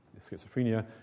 schizophrenia